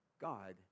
God